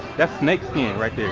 snake skin right,